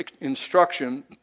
instruction